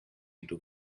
into